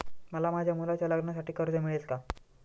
मला माझ्या मुलाच्या लग्नासाठी कर्ज मिळेल का?